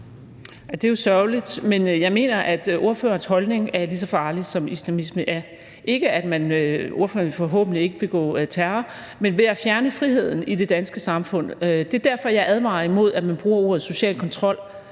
Det er jo sørgeligt, men jeg mener, at ordførerens holdning er lige så farlig, som islamisme er – ikke at ordføreren, forhåbentlig, vil begå terror, men ved at fjerne friheden i det danske samfund. Det er derfor, jeg advarer imod, at man bruger ordene social kontrol